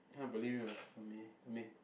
can't believe you must